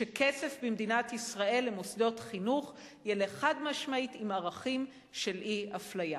שכסף במדינת ישראל למוסדות חינוך ילך חד-משמעית עם ערכים של אי-אפליה.